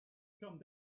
come